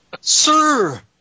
Sir